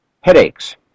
Headaches